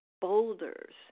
boulders